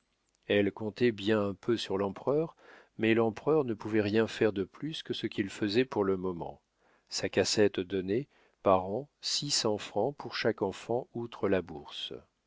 elle comptait bien un peu sur l'empereur mais l'empereur ne pouvait rien faire de plus que ce qu'il faisait pour le moment sa cassette donnait par an six cents francs pour chaque enfant outre la bourse